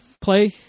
play